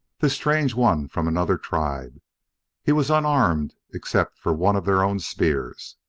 this strange one from another tribe he was unarmed except for one of their own spears.